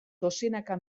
dozenaka